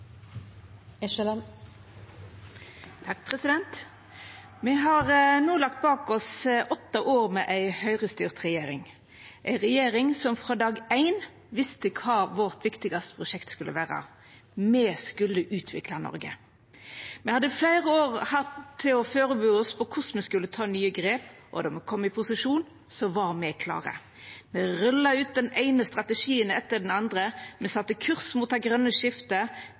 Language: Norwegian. Me har no lagt bak oss åtte år med ei Høgre-styrt regjering – ei regjering som frå dag éin visste kva vårt viktigaste prosjekt skulle vera. Me skulle utvikla Noreg. Me hadde hatt fleire år til å førebu oss på korleis me skulle ta nye grep, og då me kom i posisjon, var me klare. Me rulla ut den eine strategien etter den andre. Me sette kurs mot det grøne skiftet,